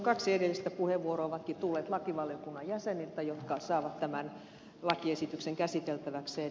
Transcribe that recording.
kaksi edellistä puheenvuoroa ovatkin tulleet lakivaliokunnan jäseniltä jotka saavat tämän lakiesityksen käsiteltäväkseen